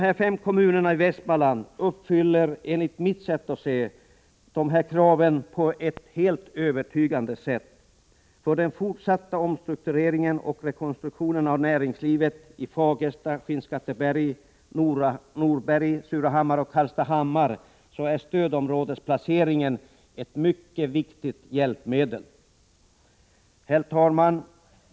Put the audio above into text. De fem kommunerna i Västmanland uppfyller enligt mitt sätt att se detta krav på ett övertygande sätt. För den fortsatta omstruktureringen och rekonstruktionen av näringslivet i Fagersta, Skinnskatteberg, Norberg, Surahammar och Hallstahammar är stödområdesplaceringen ett mycket viktigt hjälpmedel. Herr talman!